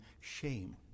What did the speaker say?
shame